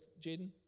Jaden